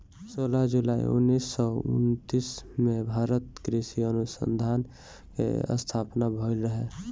सोलह जुलाई उन्नीस सौ उनतीस में भारतीय कृषि अनुसंधान के स्थापना भईल रहे